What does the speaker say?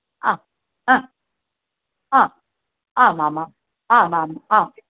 ह ह ह आमामाम् आमाम् आम्